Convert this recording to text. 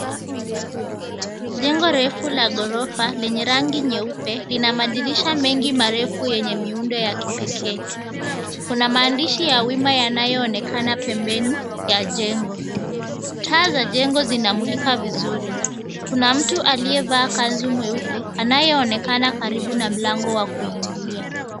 Jengo refu la ghorofa lenye rangi nyeupe lina madirisha mengi marefu yenye miundo ya kipekee. Kuna maandishi ya wima yanayoonekana pembeni ya jengo. Taa za jengo zina mulika vizuri. Kuna mtu aliyevaa kanzu nyeupe anayeonekana karibu na mlango wa kuingilia.